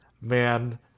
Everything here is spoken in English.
man